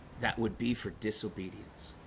that would be for disobedience?